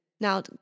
Now